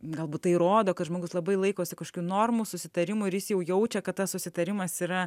galbūt tai rodo kad žmogus labai laikosi kažkokių normų susitarimų ir jis jau jaučia kad tas susitarimas yra